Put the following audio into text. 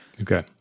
Okay